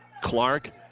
Clark